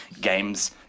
games